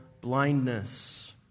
blindness